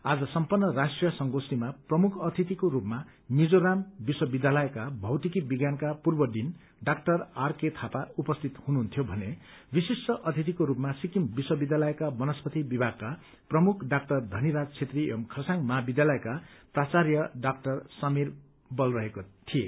आज सम्पन्न राष्ट्रीय संगोष्ठीमा प्रमुख अतिथिको रूपमा मिजोरम विश्वविद्यालयका भौतिकी विज्ञानका पूर्व डीन डा आरके थापा उपस्थित हुनुहुन्थ्यो भने विशिष्ट अतिथिको रूपमा सिक्किम विश्वविद्यालयका वनस्पति विभागका प्रमुख डा धनिराज छेत्री एवं खरसाङ महाविद्यालयका प्राचार्य डा समीर बल रहेका थिए